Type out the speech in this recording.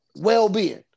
well-being